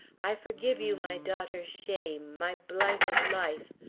i forgive you my daughter's shame, my blighted life.